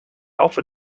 alpha